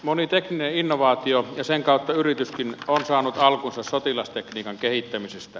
moni tekninen innovaatio ja sen kautta yrityskin on saanut alkunsa sotilastekniikan kehittämisestä